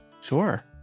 Sure